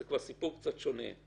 זה סיפור שונה.